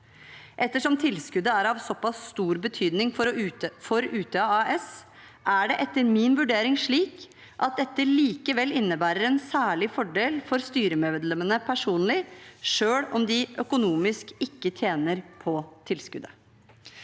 Ettersom tilskuddet er av såpass stor betydning for Utøya AS, er det etter min vurdering slik at dette likevel innebærer en «særlig fordel» for styremedlemmene personlig selv om de økonomisk ikke tjener på tilskuddet.»